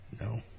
No